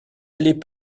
allait